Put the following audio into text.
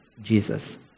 Jesus